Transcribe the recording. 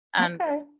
Okay